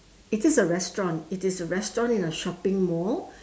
it is a restaurant it is a restaurant in a shopping mall